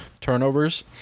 turnovers